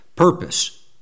Purpose